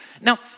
Now